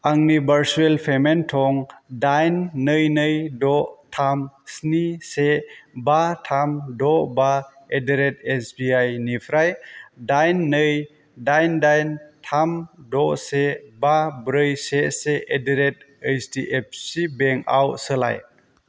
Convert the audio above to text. आंनि भारसुएल पेमेन्ट थं दाइन नै नै द' थाम स्नि से बा थाम द' बा एटडारेट एस बि आइ निफ्राय दाइन नै दाइन दाइन थाम द' से बा ब्रै से से एटडारेट ऐस डि एफ सि बेंकआव सोलाय